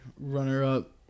runner-up